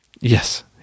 yes